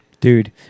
Dude